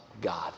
God